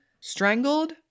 strangled